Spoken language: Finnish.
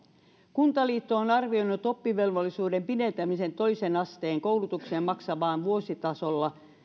kuntaliitto on arvioinut oppivelvollisuuden pidentämisen toisen asteen koulutukseen maksavan vuositasolla